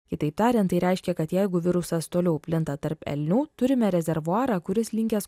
kitaip tarian tai reiškia kad jeigu virusas toliau plinta tarp elnių turime rezervuarą kuris linkęs